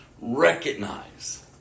recognize